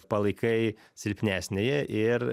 palaikai silpnesnįjį ir